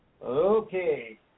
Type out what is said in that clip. Okay